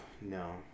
no